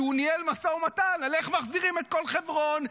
שהוא ניהל משא ומתן איך מחזירים את כל חברון,